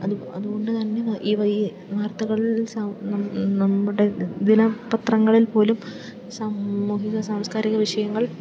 അതു അതുകൊണ്ട് തന്നെ ഈ ഈ വാർത്തകളിൽ നമ്മുടെ ദിനപത്രങ്ങളിൽ പോലും സാമൂഹിക സാംസ്കാരിക വിഷയങ്ങൾ